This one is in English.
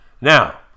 Now